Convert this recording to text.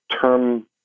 term